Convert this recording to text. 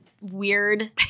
weird